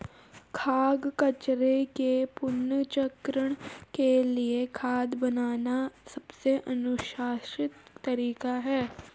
खाद्य कचरे के पुनर्चक्रण के लिए खाद बनाना सबसे अनुशंसित तरीका है